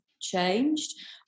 changed